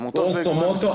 עמותות והמגזר השלישי.